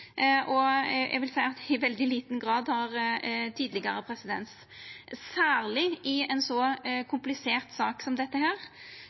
og eg vil seia at det i veldig liten grad har tidlegare presedens, særleg i ei så komplisert sak som dette.